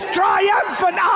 triumphant